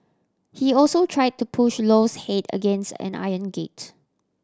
he also tried to push Lowe's head against an iron gate